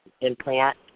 implant